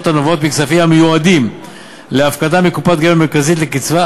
הנובעות מכספים המיועדים להפקדה בקופת גמל מרכזית לקצבה,